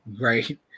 Right